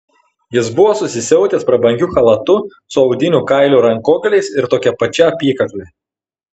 jis buvo susisiautęs prabangiu chalatu su audinių kailių rankogaliais ir tokia pačia apykakle